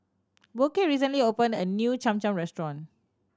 Burke recently opened a new Cham Cham restaurant